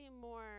more